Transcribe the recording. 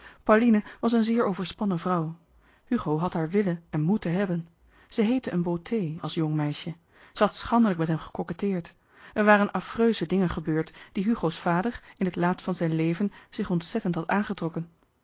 pauline was een zeer overspannen vrouw hugo had haar willen en moeten hebben zij heette een beauté als jong meisje zij had schandelijk met hem gecquêtteerd er waren âffreuze dingen gebeurd die hugo's vader in het laatst van zijn leven zich ontzettend had aangetrokken